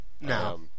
No